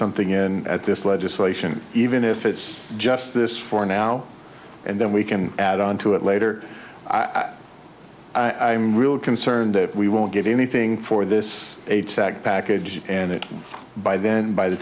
something in at this legislation even if it's just this for now and then we can add on to it later i've i'm real concerned that we won't get anything for this aids that package and it by then by the